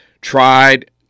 tried